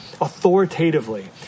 authoritatively